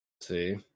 See